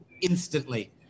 instantly